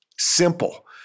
Simple